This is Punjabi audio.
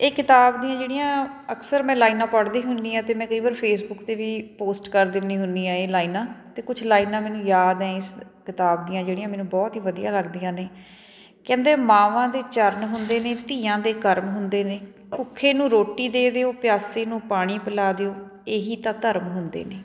ਇਹ ਕਿਤਾਬ ਦੀਆਂ ਜਿਹੜੀਆਂ ਅਕਸਰ ਮੈਂ ਲਾਈਨਾਂ ਪੜ੍ਹਦੀ ਹੁੰਦੀ ਹਾਂ ਅਤੇ ਮੈਂ ਕਈ ਵਾਰ ਫੇਸਬੁੱਕ 'ਤੇ ਵੀ ਪੋਸਟ ਕਰ ਦਿੰਦੀ ਹੁੰਦੀ ਹਾਂ ਇਹ ਲਾਈਨਾਂ ਅਤੇ ਕੁਛ ਲਾਈਨਾਂ ਮੈਨੂੰ ਯਾਦ ਹੈ ਇਸ ਕਿਤਾਬ ਦੀਆਂ ਜਿਹੜੀਆਂ ਮੈਨੂੰ ਬਹੁਤ ਹੀ ਵਧੀਆ ਲੱਗਦੀਆਂ ਨੇ ਕਹਿੰਦੇ ਮਾਵਾਂ ਦੇ ਚਰਨ ਹੁੰਦੇ ਨੇ ਧੀਆਂ ਦੇ ਕਰਮ ਹੁੰਦੇ ਨੇ ਭੁੱਖੇ ਨੂੰ ਰੋਟੀ ਦੇ ਦਿਓ ਪਿਆਸੇ ਨੂੰ ਪਾਣੀ ਪਿਲਾ ਦਿਓ ਇਹੀ ਤਾਂ ਧਰਮ ਹੁੰਦੇ ਨੇ